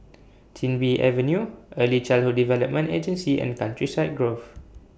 Chin Bee Avenue Early Childhood Development Agency and Countryside Grove